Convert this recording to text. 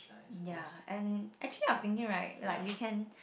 ya and actually I was thinking right like we can